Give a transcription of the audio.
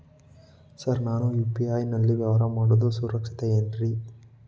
Sir ನಾನು UPI ನಲ್ಲಿ ವ್ಯವಹಾರ ಮಾಡೋದು ಸುರಕ್ಷಿತ ಏನ್ರಿ?